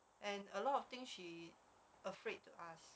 and a lot of thing she afraid to ask